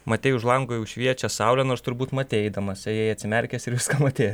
matei už lango jau šviečia saulė nors turbūt matei eidamas ėjai atsimerkęs ir viską matei